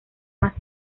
más